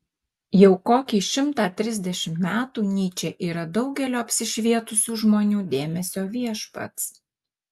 jau kokį šimtą trisdešimt metų nyčė yra daugelio apsišvietusių žmonių dėmesio viešpats